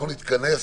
אנחנו נתכנס